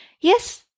Yes